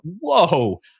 Whoa